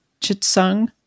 chitsung